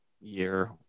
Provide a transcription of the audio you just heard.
year